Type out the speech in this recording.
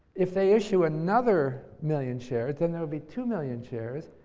if they issue another million shares, then there'll be two million shares,